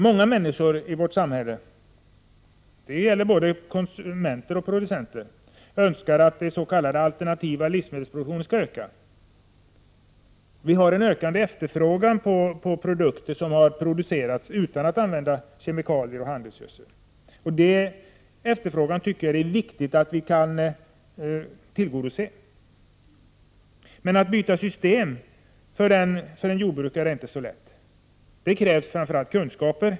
Många människor i vårt samhälle, såväl konsumenter som producenter, önskar att den s.k. alternativa livsmedelsproduktionen skall öka. Efterfrågan på produkter som har producerats utan användning av kemikalier och handelsgödsel ökar. Det är viktigt att vi kan tillgodose den efterfrågan. Men det är inte så lätt för en jordbrukare att övergå från ett system till ett annat. Det krävs framför allt kunskaper.